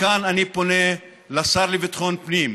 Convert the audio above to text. מכאן אני פונה לשר לביטחון פנים: